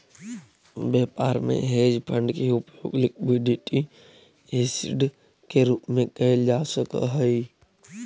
व्यापार में hedge fund के उपयोग लिक्विड एसिड के रूप में कैल जा सक हई